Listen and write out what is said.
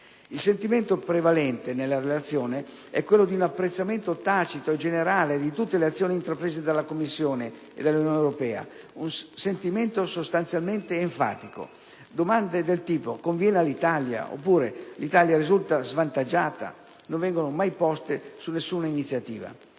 Il sentimento prevalente nella Relazione è quello di un apprezzamento tacito e generale di tutte le azioni intraprese dalla Commissione e dall'Unione europea, un sentimento sostanzialmente enfatico. Domande del tipo: «Conviene all'Italia?», oppure: «L'Italia risulta svantaggiata?», non vengono mai poste su nessuna iniziativa.